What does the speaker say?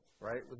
Right